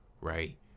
right